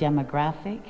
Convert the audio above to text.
demographic